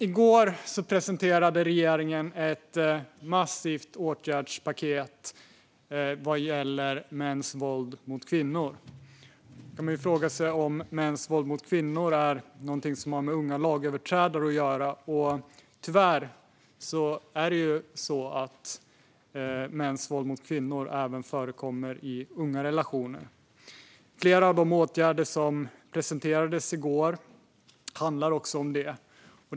I går presenterade regeringen ett massivt åtgärdspaket vad gäller mäns våld mot kvinnor. Man kan fråga sig om mäns våld mot kvinnor är något som har med unga lagöverträdare att göra, men tyvärr förekommer mäns våld mot kvinnor även i unga relationer. Flera av de åtgärder som presenterades i går handlar om detta.